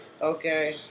Okay